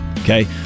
Okay